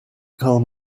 calm